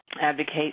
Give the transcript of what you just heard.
advocate